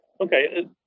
Okay